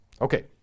Okay